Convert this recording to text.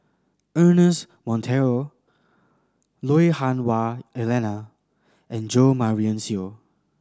Ernest Monteiro Lui Hah Wah Elena and Jo Marion Seow